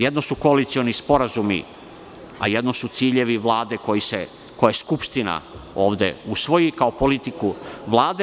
Jedno su koalicioni sporazumi, a jedno su ciljevi Vlade koje Skupština usvoji ovde usvoji, kao politiku Vlade.